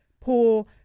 poor